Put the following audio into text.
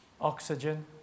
oxygen